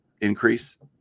increase